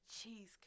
cheesecake